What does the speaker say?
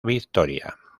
victoria